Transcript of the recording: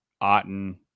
Otten